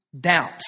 Doubt